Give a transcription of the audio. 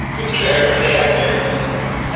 to be fair, but they have very few strengths.